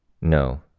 No